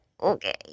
okay